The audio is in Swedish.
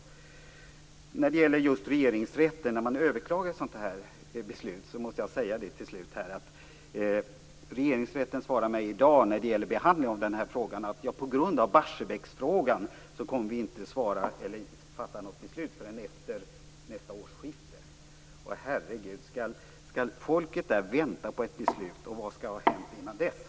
Sedan måste jag säga något om vad som händer när man överklagar ett sådant här beslut till Regeringsrätten. Regeringsrätten svarar mig i dag, när det gäller behandlingen av den här frågan, att man på grund av Barsebäcksfrågan inte kommer att fatta något beslut förrän efter nästa årsskifte. Herregud! Skall lokalbefolkningen behöva vänta så länge, och vad kommer att ha hänt innan dess?